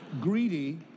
Greedy